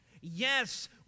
Yes